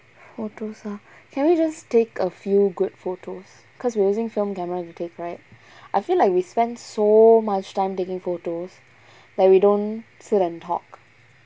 photos ah can we just take a few good photos cause we using film camera to take right I feel like we spend so much time taking photos that we don't sit and talk